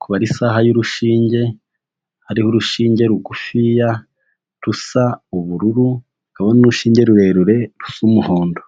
kubara isaha y'urushinge, hariho urushinge rugufiya rusa ubururu, hakaba n'urushinge rurerure rusa umuhondo.